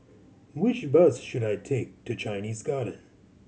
which bus should I take to Chinese Garden